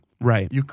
Right